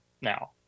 now